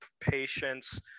patients